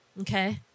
okay